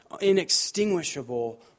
inextinguishable